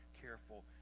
careful